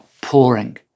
pouring